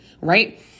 right